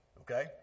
Okay